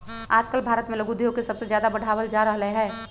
आजकल भारत में लघु उद्योग के सबसे ज्यादा बढ़ावल जा रहले है